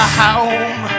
home